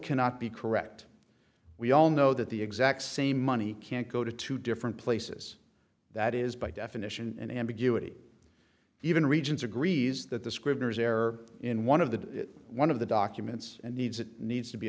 cannot be correct we all know that the exact same money can't go to two different places that is by definition an ambiguity even regions agrees that the scrivener's error in one of the one of the documents and needs it needs to be